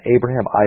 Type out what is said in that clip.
Abraham